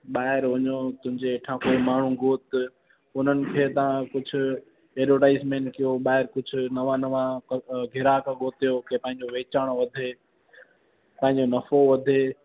ॿाहिरि वञिणो तुंहिंजे हेठा कोई माण्हू गोत उन्हनि खे तव्हां कुझु एडवरटाइज़मेंट कयो ॿाहिरि कुछ नवां नवां ग्राहक गोतियो के पंहिंजो वीचारणो वधे पंहिजो मुनाफ़ो वधे